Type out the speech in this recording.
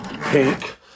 pink